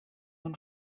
own